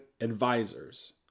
advisors